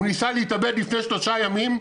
הוא ניסה להתאבד לפני שלושה ימים,